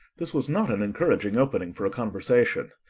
this was not an encouraging opening for a conversation.